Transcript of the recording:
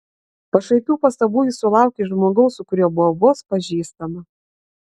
pašaipių pastabų ji sulaukė iš žmogaus su kuriuo buvo vos pažįstama